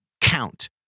count